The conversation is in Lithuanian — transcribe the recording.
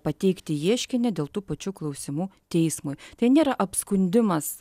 pateikti ieškinį dėl tų pačių klausimų teismui tai nėra apskundimas